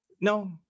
No